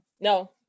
No